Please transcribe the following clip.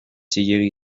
zilegi